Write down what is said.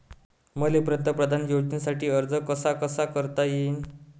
मले पंतप्रधान योजनेसाठी अर्ज कसा कसा करता येईन?